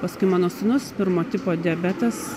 paskui mano sūnus pirmo tipo diabetas